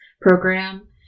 Program